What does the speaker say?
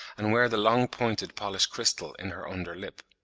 and wear the long pointed polished crystal in her under lip.